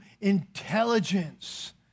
intelligence